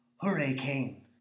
hurricane